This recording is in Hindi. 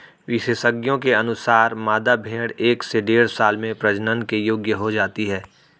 विशेषज्ञों के अनुसार, मादा भेंड़ एक से डेढ़ साल में प्रजनन के योग्य हो जाती है